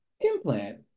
implant